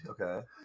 Okay